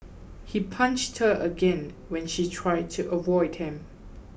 he punched her again when she tried to avoid him